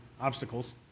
obstacles